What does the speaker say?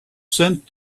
sent